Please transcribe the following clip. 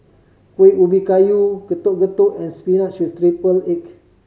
Kueh Ubi Kayu Getuk Getuk and spinach with triple egg